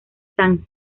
san